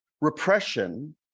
Repression